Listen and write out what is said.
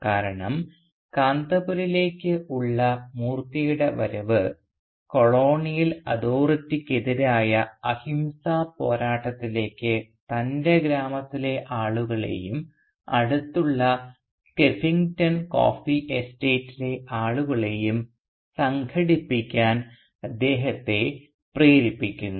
കാരണം കാന്തപുരയിലേക്ക് ഉള്ള മൂർത്തിയുടെ വരവ് കൊളോണിയൽ അതോറിറ്റിക്കെതിരായ അഹിംസാ പോരാട്ടത്തിലേക്ക് തൻറെ ഗ്രാമത്തിലെ ആളുകളെയും അടുത്തുള്ള സ്കീഫിംഗ്ടൺ കോഫി എസ്റ്റേറ്റിലെ ആളുകളെയും സംഘടിപ്പിക്കാൻ അദ്ദേഹത്തെ പ്രേരിപ്പിക്കുന്നു